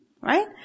Right